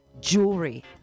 jewelry